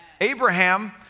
Abraham